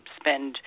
spend